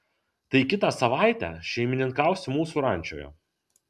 tai kitą savaitę šeimininkausi mūsų rančoje